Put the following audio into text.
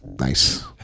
Nice